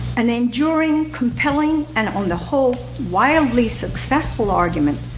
an enduring, compelling, and on the whole wildly successful argument.